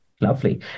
Lovely